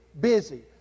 busy